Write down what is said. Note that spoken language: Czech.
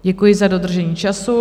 Děkuji za dodržení času.